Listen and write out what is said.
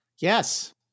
Yes